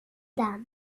damy